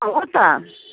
हो त